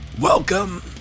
Welcome